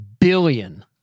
billion